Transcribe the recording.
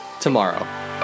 tomorrow